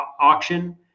auction